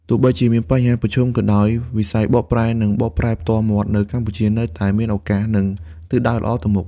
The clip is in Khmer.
ទោះបីជាមានបញ្ហាប្រឈមក៏ដោយ វិស័យបកប្រែ និងបកប្រែផ្ទាល់មាត់នៅកម្ពុជានៅតែមានឱកាស និងទិសដៅល្អទៅមុខ។